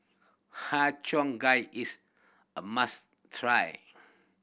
Har Cheong Gai is a must try